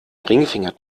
ringfinger